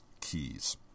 keys